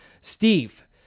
Steve